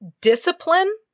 discipline